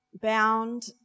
bound